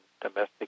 domestic